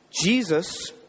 Jesus